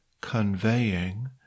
conveying